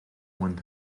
one